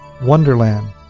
Wonderland